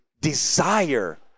desire